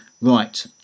right